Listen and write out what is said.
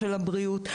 של הבריאות,